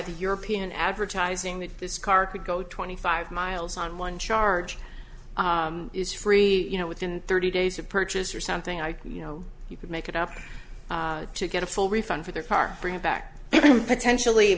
the european advertising that this car could go twenty five miles on one charge is free you know within thirty days of purchase or something i you know you could make it up to get a full refund for their car for him back potentially